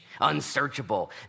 unsearchable